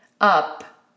up